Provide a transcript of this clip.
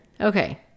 Okay